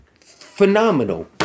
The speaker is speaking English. Phenomenal